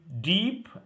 deep